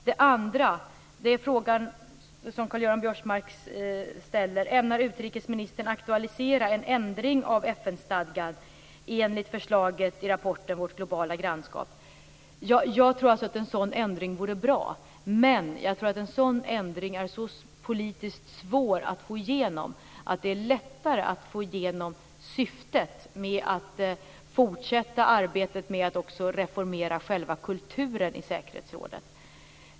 Så till den andra fråga som Karl-Göran Biörsmark ställer: Ämnar utrikesministern aktualisera en ändring av FN-stadgan enligt förslaget i rapporten Vårt globala grannskap? Jag tror alltså att en sådan ändring vore bra. Men jag tror att den är så politiskt svår att få igenom att det är lättare att få igenom syftet att fortsätta arbetet med att reformera själva kulturen i säkerhetsrådet.